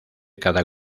cada